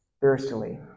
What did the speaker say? thirstily